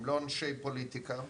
הם לא אנשי פוליטיקה,